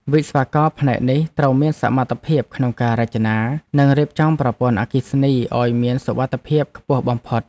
វិស្វករផ្នែកនេះត្រូវមានសមត្ថភាពក្នុងការរចនា និងរៀបចំប្រព័ន្ធអគ្គិសនីឱ្យមានសុវត្ថិភាពខ្ពស់បំផុត។